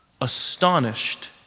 astonished